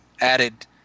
added